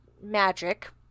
magic